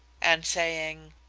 and saying,